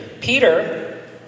Peter